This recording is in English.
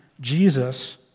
Jesus